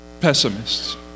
pessimists